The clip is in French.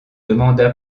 demanda